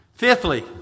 Fifthly